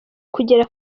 kugera